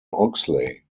oxley